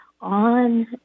on